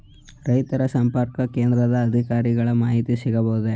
ರೈತ ಸಂಪರ್ಕ ಕೇಂದ್ರದ ಅಧಿಕಾರಿಗಳ ಮಾಹಿತಿ ಸಿಗಬಹುದೇ?